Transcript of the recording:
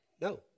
No